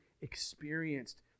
experienced